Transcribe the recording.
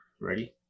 Ready